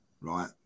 right